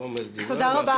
תודה רבה.